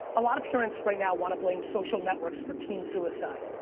a lot of parents right now want to blame social networks for teen suicide.